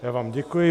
Já vám děkuji.